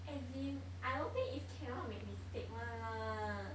as in I don't think is cannot make mistake [one] lah